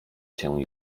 się